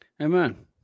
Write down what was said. Amen